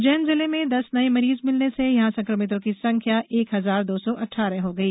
उज्जैन जिले में दस नये मरीज मिलने से यहां सक़मितों की संख्या एक हजार दो सौ अठारह हो गई